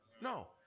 No